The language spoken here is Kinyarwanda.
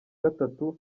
gatatu